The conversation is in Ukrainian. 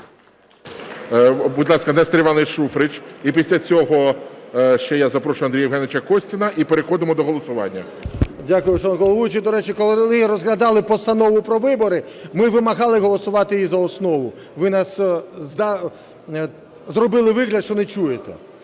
Будь ласка, Нестор Іванович Шуфрич. І після цього ще я запрошу Андрія Євгеновича Костіна, і переходимо до голосування. 13:47:53 ШУФРИЧ Н.І. Дякую, шановний головуючий. До речі, коли розглядали Постанову про вибори, ми вимагали голосувати її за основу. Ви зробили вигляд, що не чуєте.